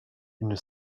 une